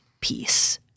peace